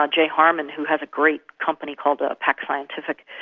jay harman who has a great company called ah pax scientific.